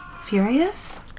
Furious